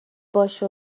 باشه